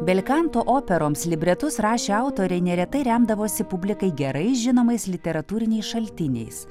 bel kanto operoms libretus rašę autoriai neretai remdavosi publikai gerai žinomais literatūriniais šaltiniais